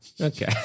Okay